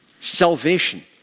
salvation